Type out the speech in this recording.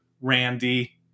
randy